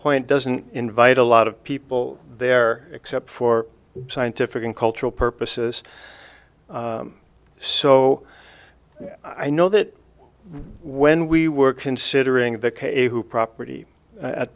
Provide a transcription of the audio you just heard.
point doesn't invite a lot of people there except for scientific and cultural purposes so i know that when we were considering the k who property at